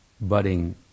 budding